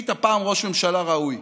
היית פעם ראש ממשלה ראוי.